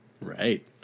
Right